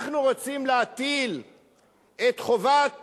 אנחנו רוצים להטיל את חובת